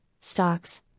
stocks